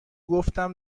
گفتم